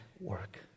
work